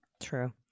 true